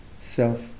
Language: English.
self